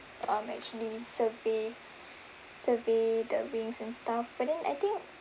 um actually survey survey the rings and stuff but then I think